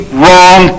wrong